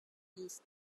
use